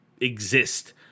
exist